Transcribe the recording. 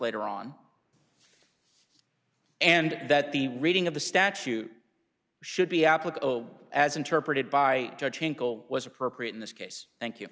later on and that the reading of the statute should be applicable as interpreted by was appropriate in this case thank you